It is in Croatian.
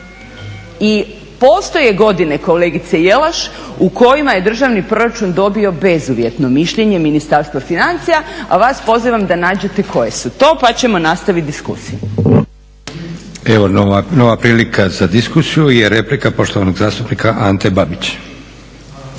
I postoje godine kolegice Jelaš u kojima je državni proračun dobio bezuvjetno mišljenje Ministarstva financija a vas pozivam da nađete koje su to pa ćemo nastaviti diskusiju. **Leko, Josip (SDP)** Evo nova prilika za diskusiju je replika poštovanog zastupnika Ante Babića.